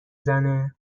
زنه